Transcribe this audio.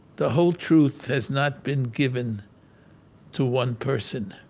the whole truth has not been given to one person.